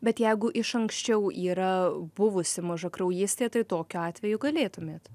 bet jeigu iš anksčiau yra buvusi mažakraujystė tai tokiu atveju galėtumėt